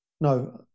No